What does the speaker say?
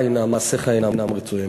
מעשיך אינם רצויים".